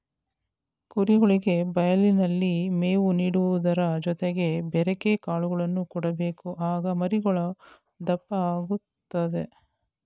ಕುರಿಗಳಿಗೆ ಬಯಲಿನಲ್ಲಿ ಮೇವು ನೀಡುವುದರ ಜೊತೆಗೆ ಬೆರೆಕೆ ಕಾಳುಗಳನ್ನು ಕೊಡಬೇಕು ಆಗ ಮರಿಗಳು ದಪ್ಪ ಆಗುತ್ತದೆ